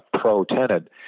pro-tenant